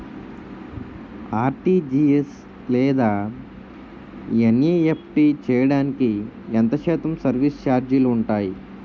RTGS లేదా NEFT చేయడానికి ఎంత శాతం సర్విస్ ఛార్జీలు ఉంటాయి?